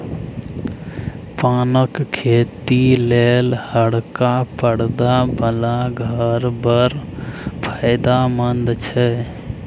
पानक खेती लेल हरका परदा बला घर बड़ फायदामंद छै